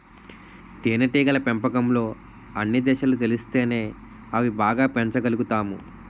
తేనేటీగల పెంపకంలో అన్ని దశలు తెలిస్తేనే అవి బాగా పెంచగలుతాము